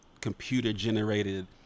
computer-generated